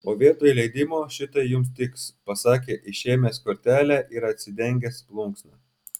o vietoj leidimo šitai jums tiks pasakė išėmęs kortelę ir atsidengęs plunksną